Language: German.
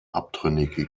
abtrünnige